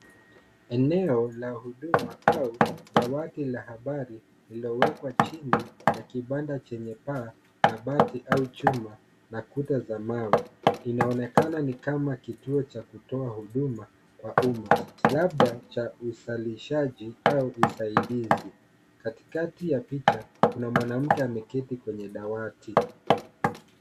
Eneo la huduma au dawati la habari lililowekwa chini ya kibanda chenye paa la bati au chuma na kuta za mawe. Inaonekana ni kama kituo cha kutoa huduma kwa umma. Labda cha uzalishaji au usaidizi. Katikati ya picha kuna mwanamke ameketi kwenye dawati.